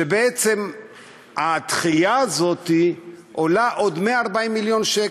שבעצם הדחייה הזאת עולה עוד 140 מיליון שקל.